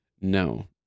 no